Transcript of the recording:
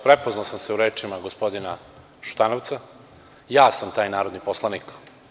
Prepoznao sam se u rečima gospodina Šutanovca, ja sam taj narodni poslanik.